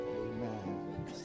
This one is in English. Amen